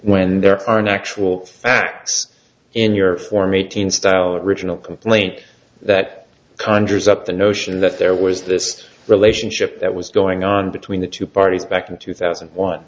when there are no actual facts in your form eight hundred style original complaint that conjures up the notion that there was this relationship that was going on between the two parties back in two thousand and one